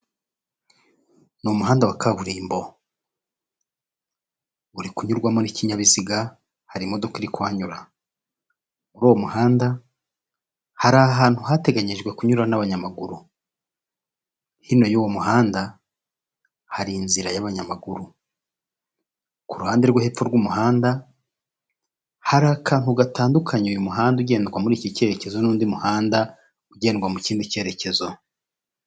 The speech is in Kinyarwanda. Umuhanda wa kaburimbo uri kunyurwamo n'ikinyabiziga hari imodoka iri kwanyura muri uwo muhanda hari ahantu hateganyijwe kunyura n'abanyamaguru, hino yu wo muhanda hari inzira y'abanyamaguru ku ruhande rw'epfo rw'umuhanda hari akantu gatandukanye uyu muhanda ugendwa muri iki cyerekezo n'undi muhanda ugendwa mu kindi cyerekezo.